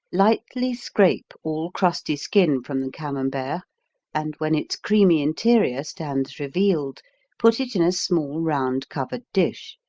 lightly scrape all crusty skin from the camembert and when its creamy interior stands revealed put it in a small, round covered dish,